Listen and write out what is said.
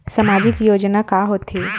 सामाजिक योजना का होथे?